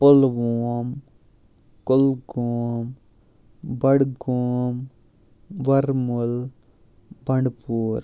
Pulwama Kulgam Budgam Baramulla Bandipora